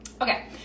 okay